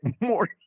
more